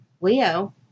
Leo